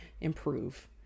improve